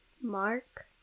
Mark